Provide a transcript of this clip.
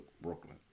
Brooklyn